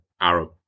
Arab